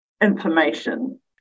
information